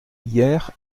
hier